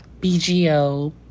BGO